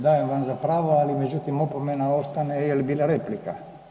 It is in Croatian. Dajem vam za pravo, ali međutim opomena ostaje jer je bila replika.